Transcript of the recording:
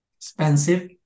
expensive